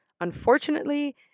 unfortunately